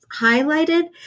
highlighted